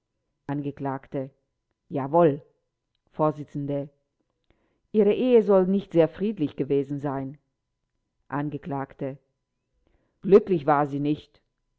angekl jawohl vors ihre ehe soll nicht sehr friedlich gewesen sein angekl glücklich war sie nicht